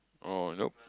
oh nope